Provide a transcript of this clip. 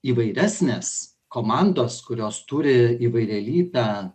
įvairesnės komandos kurios turi įvairialypę